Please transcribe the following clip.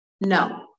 No